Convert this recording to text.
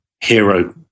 hero